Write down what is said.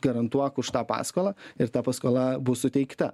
garantuok už tą paskolą ir ta paskola bus suteikta